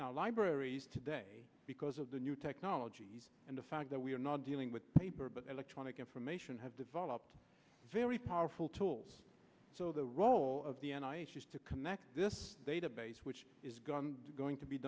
now libraries today because of the new technologies and the fact that we are not dealing with paper but electronic information have developed very powerful tools so the role of the n i used to connect this database which is gone going to be